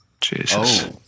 Jesus